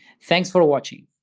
thanks for watching.